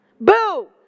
Boo